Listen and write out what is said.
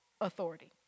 authority